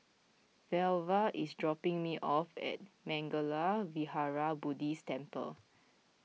Velva is dropping me off at Mangala Vihara Buddhist Temple